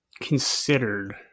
considered